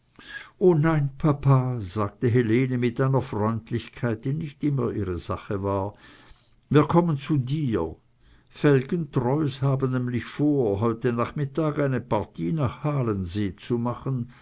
o nein papa sagte helene mit einer freundlichkeit die nicht immer ihre sache war wir kommen zu dir felgentreus haben nämlich vor heute nachmittag eine partie nach halensee zu machen